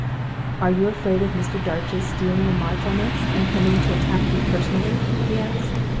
are you afraid of mr. darch's stealing a march on us, and coming to attack you personally he asked.